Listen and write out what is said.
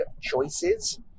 choices